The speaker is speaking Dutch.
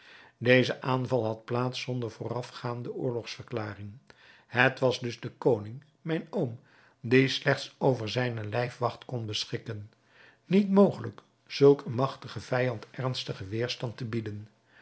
deze aanval had plaats zonder voorafgaande oorlogsverklaring het was dus den koning mijn oom die slechts over zijne lijfwacht kon beschikken niet mogelijk zulk een magtigen vijand ernstigen wederstand te bieden